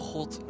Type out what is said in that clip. God